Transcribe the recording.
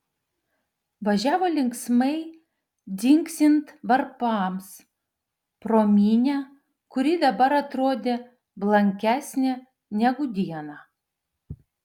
važiavo linksmai dzingsint varpams pro minią kuri dabar atrodė blankesnė negu dieną